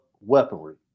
weaponry